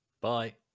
Bye